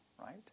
Right